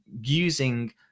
using